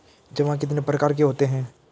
जमा कितने प्रकार के होते हैं?